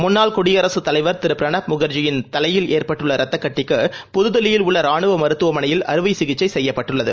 முள்ளாள் குடியரசுத் தலைவர் திருபிரணாப் முகாஜி யின் தலையில் ஏற்பட்டுள்ளரத்தக்கட்டிக்கு புதுதில்லியில் உள்ளரானுவமருத்துவமனையில் அறுவைசிகிச்சைசெய்யப்பட்டுள்ளது